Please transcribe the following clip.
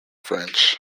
french